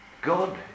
God